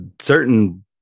certain